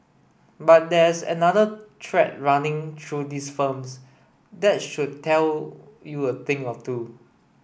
but there's another thread running through these firms that should tell you a thing or two